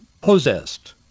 possessed